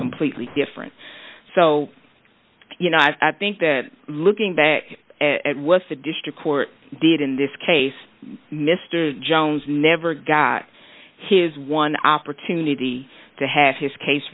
completely different so you know i think that looking back at what the district court did in this case mr jones never got his one opportunity to have his case